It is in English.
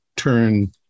turn